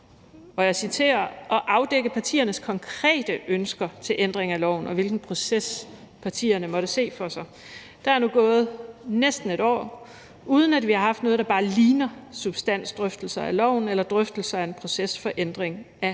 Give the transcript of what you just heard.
partier for: at afdække partiernes konkrete ønsker til ændringer af loven, og hvilken proces partierne måtte se for sig. Der er nu gået næsten et år, uden vi har haft noget, der bare ligner substansdrøftelser af loven eller drøftelser af en proces for ændring af